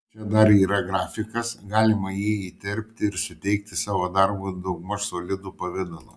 čia dar yra grafikas galima jį įterpti ir suteikti savo darbui daugmaž solidų pavidalą